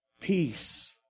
peace